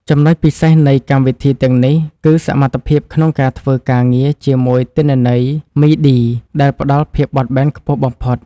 ចំណុចពិសេសនៃកម្មវិធីទាំងនេះ គឺ សមត្ថភាពក្នុងការធ្វើការងារជាមួយទិន្នន័យមីឌីដែលផ្តល់ភាពបត់បែនខ្ពស់បំផុត។